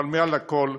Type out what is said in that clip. אבל מעל לכול,